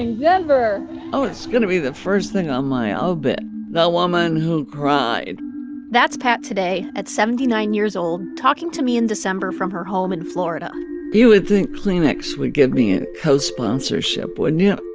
denver oh, it's going to be the first thing on my obit the woman who cried that's pat today at seventy nine years old, talking to me in december from her home in florida you would think kleenex would give me a co-sponsorship, wouldn't you?